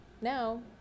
now